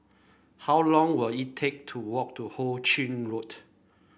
how long will it take to walk to Ho Ching Road